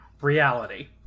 reality